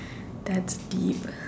that's deep